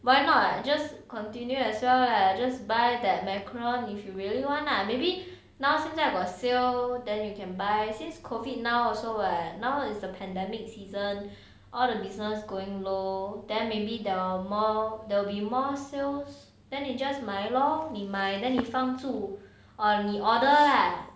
why not just continue as well lah just buy that macarons if you really want lah maybe now 现在 got sale then you can buy since covid now also what now is a pandemic season all the business going low then maybe the more there be more sales then 你 just 买 lor 你买 then 你放住 or 你 order lah